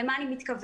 למה אני מתכוונת?